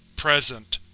present.